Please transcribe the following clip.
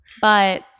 But-